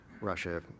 Russia